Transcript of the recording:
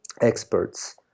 experts